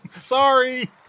Sorry